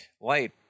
Light